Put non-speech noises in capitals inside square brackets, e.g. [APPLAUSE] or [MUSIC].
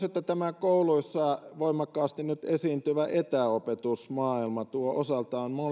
[UNINTELLIGIBLE] että tämä kouluissa voimakkaasti nyt esiintyvä etäopetusmaailma tuo osaltaan